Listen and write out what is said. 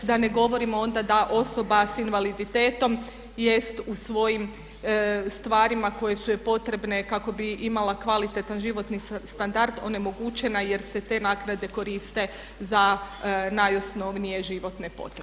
Da ne govorimo onda da osoba sa invaliditetom jest u svojim stvarima koje su joj potrebne kako bi imala kvalitetan životni standard onemogućena jer se te naknade koriste za najosnovnije životne potrebe.